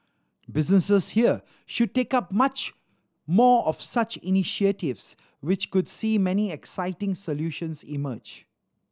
businesses here should take up much more of such initiatives which could see many exciting solutions emerge